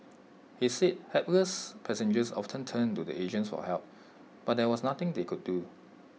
he said hapless passengers often turned to the agents for help but there was nothing they could do